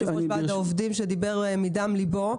יו"ר וועד העובדים שדיבר מדם ליבו.